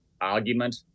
argument